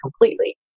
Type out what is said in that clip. completely